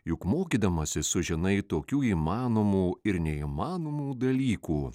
juk mokydamasis sužinai tokių įmanomų ir neįmanomų dalykų